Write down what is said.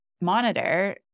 monitor